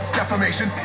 defamation